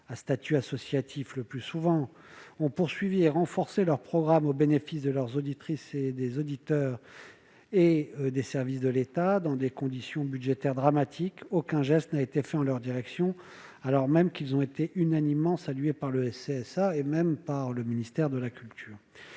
à statut associatif le plus souvent, ont poursuivi et renforcé leurs programmes au bénéfice de leurs auditrices et des leurs auditeurs, des services de l'État, dans des conditions budgétaires dramatiques, aucun geste n'a été fait en leur direction. Pourtant, ils ont été unanimement salués, y compris par le Conseil supérieur